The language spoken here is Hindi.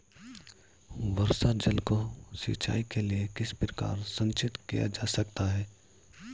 वर्षा जल को सिंचाई के लिए किस प्रकार संचित किया जा सकता है?